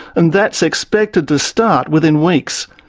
and that's expected to start within weeks.